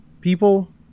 people